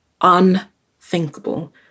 unthinkable